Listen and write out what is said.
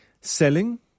Selling